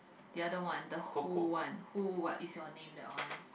the other one the who one who what is your name that one